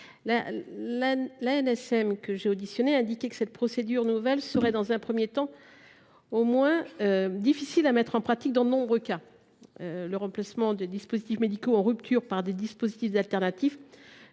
j’ai reçue en audition, a indiqué que cette procédure nouvelle serait, dans un premier temps au moins, difficile à mettre en pratique dans de nombreux cas. Le remplacement de dispositifs médicaux en rupture par des dispositifs alternatifs